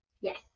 Yes